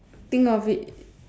think of it